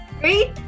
Three